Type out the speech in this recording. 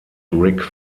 rick